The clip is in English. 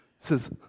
says